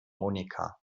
monika